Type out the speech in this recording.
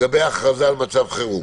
לגבי ההכרזה על מצב חירום,